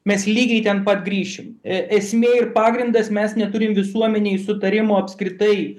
mes lygiai ten pat grįšim esmė ir pagrindas mes neturim visuomenėj sutarimo apskritai